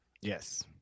Yes